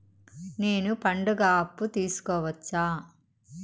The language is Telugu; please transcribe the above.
నేను పండుగ అప్పు తీసుకోవచ్చా?